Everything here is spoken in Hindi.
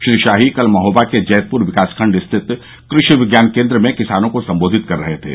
श्री शाही कल महोबा के जैतपुर विकासखंड रिथत कृषि विज्ञान केन्द्र में किसानों को संबोधित कर रहे थे